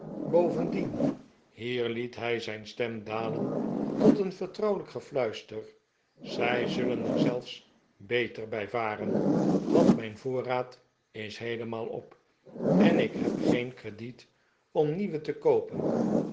bovendien hier liet hij zijn stem dalen tot een vertrouwelijk gefluister zij zullen er zelfs beter bij varen want mijn voorraad is heelemaal op en ik heb geen ere diet om nieuwen te koopen